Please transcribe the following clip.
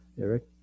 Eric